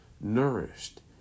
nourished